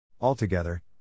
Altogether